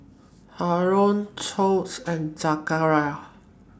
Haron Tuah and Zakaria